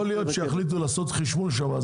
יכול להיות שיחליטו לעשות חשמול שם אז